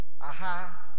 Aha